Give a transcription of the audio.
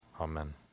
amen